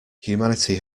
humanity